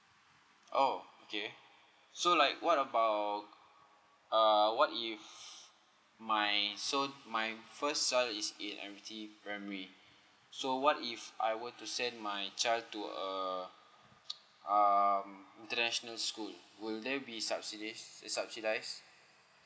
oh okay so like what about uh what if my so my first child is in admiralty primary so what if I were to send my child to a um international school will there be subsidies uh subsidized